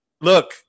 look